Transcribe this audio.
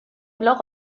blog